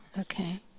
Okay